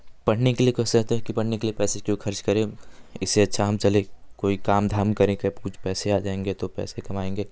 पढ़ने के लिए कि पढ़ने के लिए पैसे क्यों खर्च करें इससे अच्छा हम चलें कोई काम धाम करें कब कुछ पैसे आ जाएँगे तो पैसे कमाएँगे